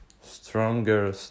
stronger